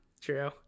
true